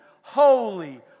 holy